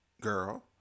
girl